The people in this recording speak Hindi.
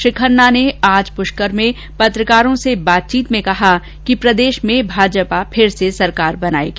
श्री खन्ना ने आज पुष्कर में पत्रकारों से बातचीत में कहा कि प्रदेश में फिर भाजपा की सरकार बनेगी